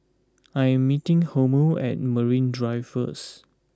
I am meeting Helmer at Marine Drive first